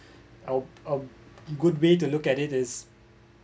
um um good way to look at it is